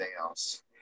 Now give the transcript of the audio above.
else